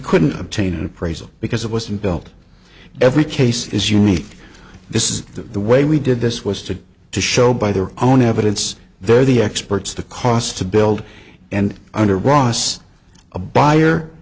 couldn't obtain an appraisal because it wasn't built every case is unique this is that the way we did this was to to show by their own evidence they're the experts the cost to build and under ross a buyer